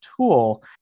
tool